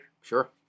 Sure